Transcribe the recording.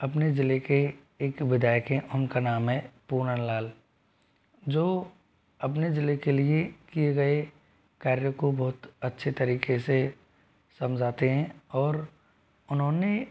अपने जिले के एक विधायक हैं उनका नाम है पूरन लाल जो अपने जिले के लिए किए गए कार्य को बहुत अच्छे तरीके से समझाते हैं और उन्होंने